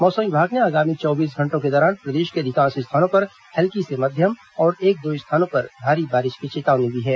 मौसम विभाग ने आगामी चौबीस घंटों के दौरान प्रदेश के अधिकांश स्थानों पर हल्की से मध्यम और एक दो स्थानों पर भारी बारिश की चेतावनी दी है